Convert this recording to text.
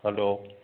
hello